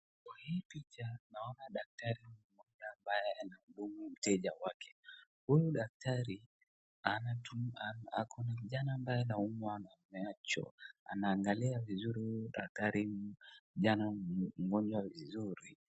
Kwa hii picha naona daktari mmoja anahudumu mteja wake. Huyu daktari akona kijana ambaye anaumwa na macho. Anaangalia vizuri huyu daktari kijana mmoja mzuri.